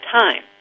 time